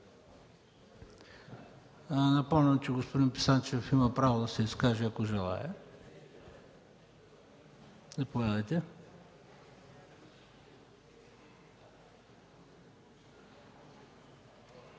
Напомням, че господин Писанчев има право да се изкаже, ако желае. Заповядайте.